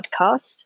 podcast